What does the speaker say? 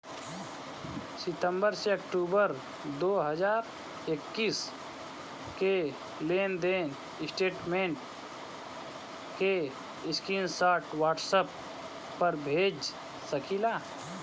सितंबर से अक्टूबर दो हज़ार इक्कीस के लेनदेन स्टेटमेंट के स्क्रीनशाट व्हाट्सएप पर भेज सकीला?